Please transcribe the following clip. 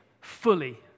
fully